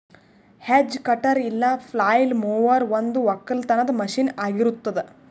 hedge cutter ಇಲ್ಲ flail mower ಒಂದು ಒಕ್ಕಲತನದ ಮಷೀನ್ ಆಗಿರತ್ತುದ್